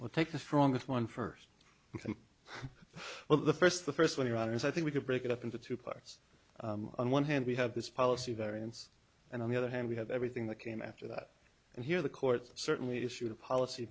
we'll take the strongest one first and well the first the first one runners i think we could break it up into two parts on one hand we have this policy variance and on the other hand we have everything that came after that and here the court certainly issued a policy